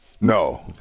No